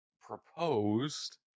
proposed